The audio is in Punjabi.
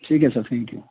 ਠੀਕ ਐ ਸਰ ਥੈਂਕ ਯੂ